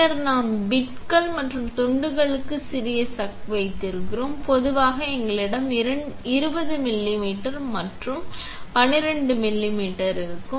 பின்னர் நாம் பிட்கள் மற்றும் துண்டுகளுக்கு சிறிய சக் வைத்திருக்கிறோம் பொதுவாக எங்களிடம் 20 மில்லிமீட்டர் மற்றும் 12 மில்லிமீட்டர் இருக்கும்